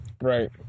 Right